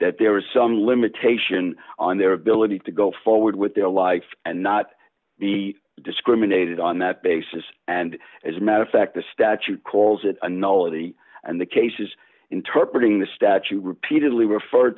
that there is some limitation on their ability to go forward with their life and not be discriminated on that basis and as a matter of fact the statute calls it a nullity and the cases interpret ing the statue repeatedly refer